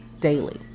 daily